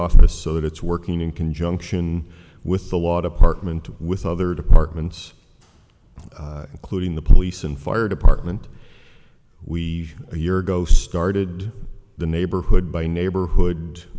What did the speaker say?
office so that it's working in conjunction with the water apartment with other departments including the police and fire department we a year ago started the neighborhood by neighborhood